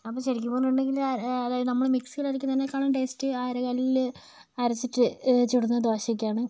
അപ്പോൾ ശരിക്കും പറഞ്ഞിട്ടുണ്ടെങ്കിൽ അതായത് നമ്മൾ മിക്സിയിൽ അരക്കുന്നതിനേക്കാളും ടെയ്സ്റ്റ് ആ അരകല്ലിൽ അരച്ചിട്ട് ചുടുന്ന ദോശയ്ക്കാണ്